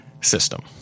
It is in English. system